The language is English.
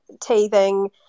teething